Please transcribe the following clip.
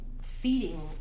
feeding